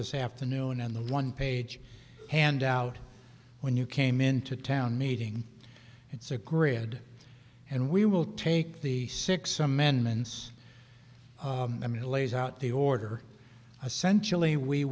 this afternoon and the one page handout when you came into town meeting it's a grid and we will take the six amendments i mean lays out the order essential e we